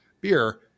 beer